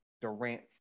Durant